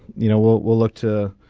you know we'll we'll look to.